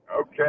Okay